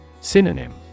Synonym